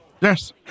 Yes